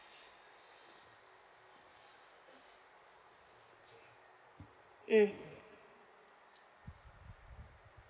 mm